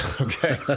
Okay